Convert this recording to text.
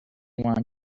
wanted